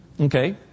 Okay